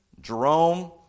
Jerome